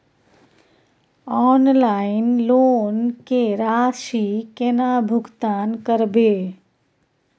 Online loan के राशि केना भुगतान करबे?